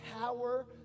power